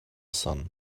sun